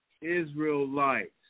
Israelites